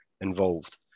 involved